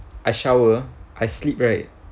I shower I sleep right